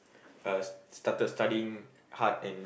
uh started studying hard and